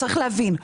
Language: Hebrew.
צריך להבין,